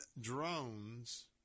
drones